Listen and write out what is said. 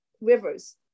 rivers